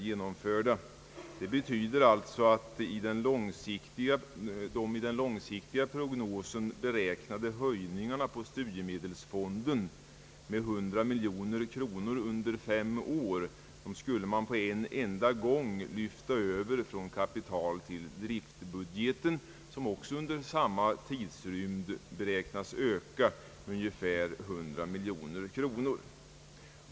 Detta betyder alltså, att man på en enda gång skulle lyfta över de i den långsiktiga prognosen under fem år beräknade höjningarna på studiemedelsfonden från kapital. till driftbudgeten, vilken också under samma tidrymd beräknas öka ungefär 100 miljoner kronor.